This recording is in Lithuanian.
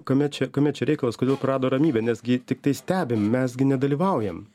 kame čia kame čia reikalas kodėl prarado ramybę nes gi tiktai stebim mes gi nedalyvaujam